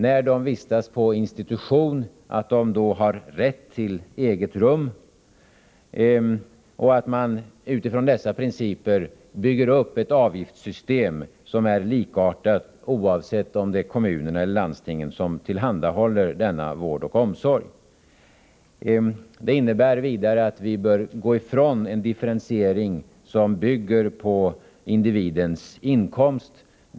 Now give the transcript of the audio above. När de vistas på institution bör de ha rätt till eget rum. Utifrån dessa principer bör man bygga upp ett avgiftssystem som är likartat oavsett om det är kommunerna eller landstingen som tillhandahåller denna vård och omsorg. Detta innebär vidare att vi bör gå ifrån en differentiering som bygger på individens inkomst.